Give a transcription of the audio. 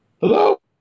Hello